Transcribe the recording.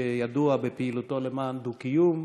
שידוע בפעילותו למען דו-קיום.